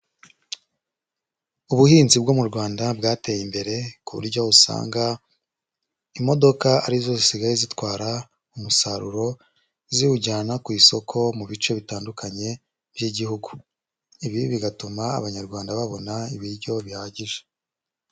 Ubuhinzi bwo mu Rwanda bwateye imbere, ku buryo usanga imodoka ari zo zisigaye zitwara umusaruro ziwujyana ku isoko mu bice bitandukanye by'igihugu, ibi bigatuma Abanyarwanda babona ibiryo bihagije.